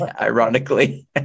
ironically